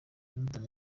jonathan